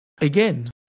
again